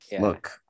look